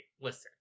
listen